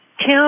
Tim